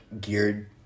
geared